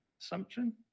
assumption